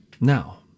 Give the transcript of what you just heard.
Now